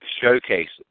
showcases